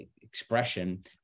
expression